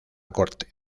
corte